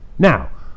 Now